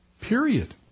Period